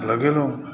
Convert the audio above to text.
लगेलहुँ